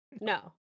No